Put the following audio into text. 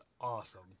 awesome